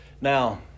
Now